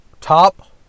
top